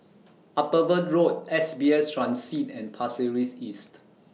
Upavon Road S B S Transit and Pasir Ris East